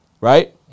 right